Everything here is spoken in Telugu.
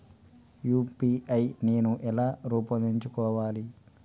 యూ.పీ.ఐ నేను ఎలా రూపొందించుకోవాలి?